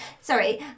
sorry